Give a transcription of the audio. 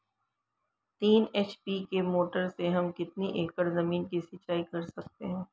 तीन एच.पी की मोटर से हम कितनी एकड़ ज़मीन की सिंचाई कर सकते हैं?